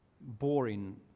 boring